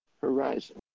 horizon